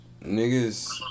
niggas